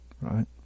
right